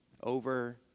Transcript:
over